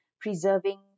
preserving